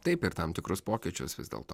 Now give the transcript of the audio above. taip ir tam tikrus pokyčius vis dėlto